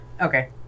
Okay